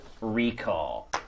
Recall